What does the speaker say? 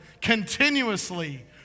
continuously